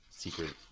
secret